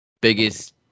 biggest